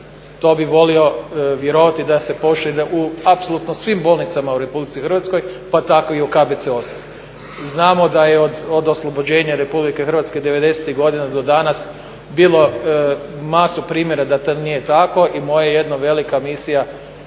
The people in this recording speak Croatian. To bih volio vjerovati da se poštuje u apsolutno svim bolnicama u RH pa tako i u KBC-u Osijek. Znamo da je od oslobođenja RH '90-ih godina do danas bilo masu primjera da to nije tako i moja jedna velika misija